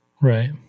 Right